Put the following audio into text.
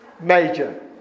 major